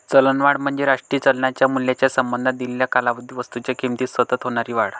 चलनवाढ म्हणजे राष्ट्रीय चलनाच्या मूल्याच्या संबंधात दिलेल्या कालावधीत वस्तूंच्या किमतीत सतत होणारी वाढ